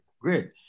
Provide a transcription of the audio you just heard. great